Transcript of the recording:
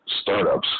startups